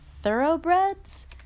Thoroughbreds